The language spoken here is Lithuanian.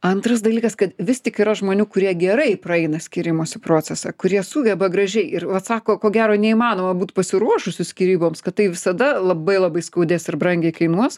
antras dalykas kad vis tik yra žmonių kurie gerai praeina skyrimosi procesą kurie sugeba gražiai ir atsako ko gero neįmanoma būt pasiruošusius skyryboms kad tai visada labai labai skaudės ir brangiai kainuos